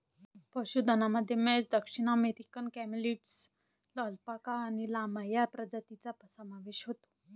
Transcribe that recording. पशुधनामध्ये म्हैस, दक्षिण अमेरिकन कॅमेलिड्स, अल्पाका आणि लामा या प्रजातींचा समावेश होतो